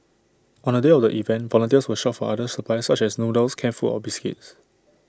on the day of the event volunteers will shop for other supplies such as noodles canned food or biscuits